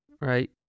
right